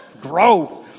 grow